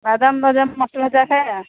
ବାଦାମ୍ ଫାଦାମ୍